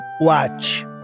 Watch